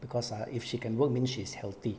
because ah if she can work means she is healthy